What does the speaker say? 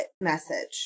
message